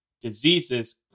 diseases